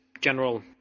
general